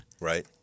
Right